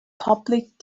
public